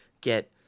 get